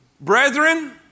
brethren